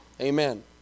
Amen